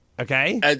Okay